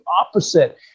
opposite